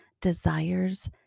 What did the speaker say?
desires